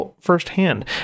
firsthand